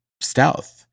stealth